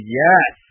yes